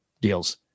deals